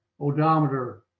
odometer